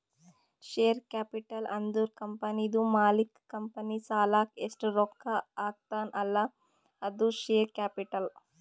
share capital ಅಂದುರ್ ಕಂಪನಿದು ಮಾಲೀಕ್ ಕಂಪನಿ ಸಲಾಕ್ ಎಸ್ಟ್ ರೊಕ್ಕಾ ಹಾಕ್ತಾನ್ ಅಲ್ಲಾ ಅದು ಶೇರ್ ಕ್ಯಾಪಿಟಲ್